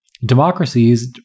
Democracies